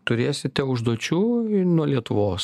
turėsite užduočių nuo lietuvos